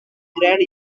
grand